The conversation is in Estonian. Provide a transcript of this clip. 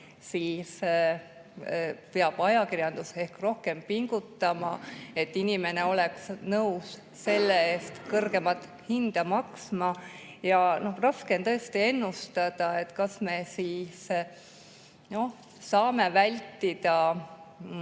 siis peab ajakirjandus ehk rohkem pingutama, et inimene oleks nõus selle eest kõrgemat hinda maksma. Raske on tõesti ennustada, kas me siis saame vältida